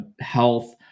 health